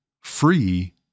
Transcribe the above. free